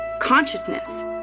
consciousness